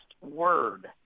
word